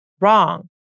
wrong